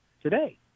today